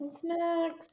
snacks